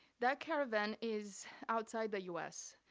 that caravan is outside the us,